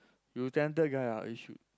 you talented guy ah you should